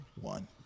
one